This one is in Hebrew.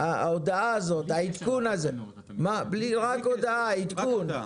ההודעה הזאת, העדכון הזה, רק הודעה, עדכון.